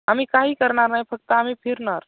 आम्ही काही करणार नाही फक्त आम्ही फिरणार